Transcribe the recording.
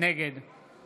נגד